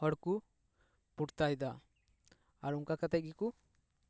ᱦᱚᱲᱠᱚ ᱯᱚᱲᱛᱟᱭᱮᱫᱟ ᱟᱨ ᱚᱱᱠᱟ ᱠᱟᱛᱮ ᱜᱮᱠᱚ